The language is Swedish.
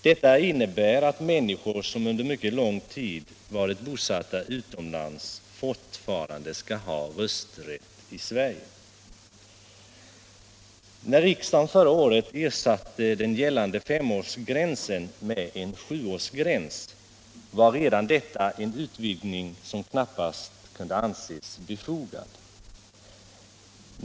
Detta innebär att människor som under mycket lång tid varit bosatta utomlands fortfarande skall ha rösträtt i Sverige. När riksdagen förra året ersatte den gällande femårsgränsen med en sjuårsgräns var redan detta en utvidgning som knappast kunde anses befogad.